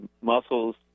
muscles